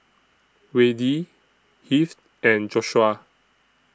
Wayde Heath and Joshua